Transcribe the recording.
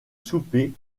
souper